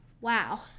Wow